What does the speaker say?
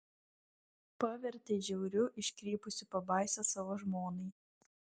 pavertei žiauriu iškrypusiu pabaisa savo žmonai